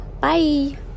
bye